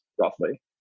roughly